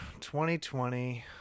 2020